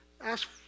ask